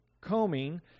combing